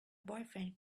boyfriend